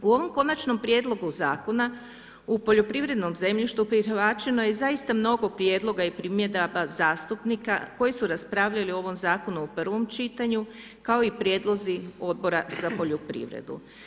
U ovom konačnom Prijedlogu zakona o poljoprivrednom zemljištu prihvaćeno je zaista mnogo prijedloga i primjedaba zastupnika koji su raspravljali o ovom zakonu u prvom čitanju kao i prijedlozi Odbora za poljoprivredu.